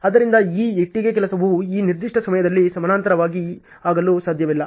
ಆದ್ದರಿಂದ ಈ ಇಟ್ಟಿಗೆ ಕೆಲಸವು ಈ ನಿರ್ದಿಷ್ಟ ಸಮಯದಲ್ಲಿ ಸಮಾನಾಂತರವಾಗಿ ಹೋಗಲು ಸಾಧ್ಯವಿಲ್ಲ